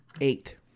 Eight